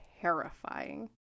terrifying